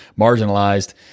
marginalized